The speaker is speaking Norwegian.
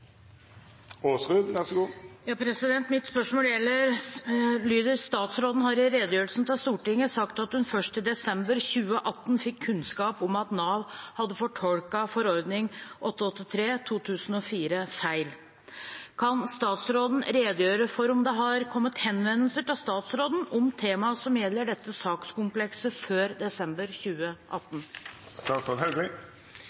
lyder: «Statsråden har i redegjørelsen til Stortinget sagt at hun først i desember 2018 fikk kunnskap om at Nav hadde fortolket forordning 883/2004 feil. Kan statsråden redegjøre for om det har kommet henvendelser til statsråden om temaer som gjelder dette sakskomplekset før desember